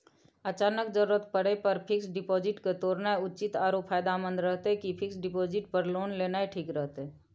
अचानक जरूरत परै पर फीक्स डिपॉजिट के तोरनाय उचित आरो फायदामंद रहतै कि फिक्स डिपॉजिट पर लोन लेनाय ठीक रहतै?